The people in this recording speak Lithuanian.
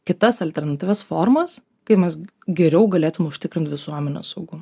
kitas alternatyvias formas kai mes geriau galėtum užtikrint visuomenės saugumą